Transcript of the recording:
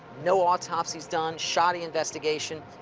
no autopsy is done. shoddy investigation.